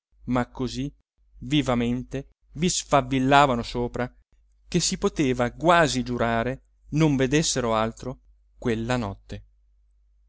ma così vivamente vi sfavillavano sopra che si poteva quasi giurare non vedessero altro quella notte